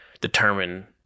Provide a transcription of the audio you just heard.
determine